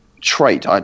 trait